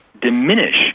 diminish